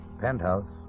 Penthouse